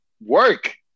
work